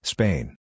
Spain